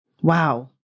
wow